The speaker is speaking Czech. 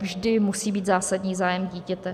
Vždy musí být zásadní zájem dítěte.